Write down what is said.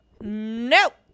Nope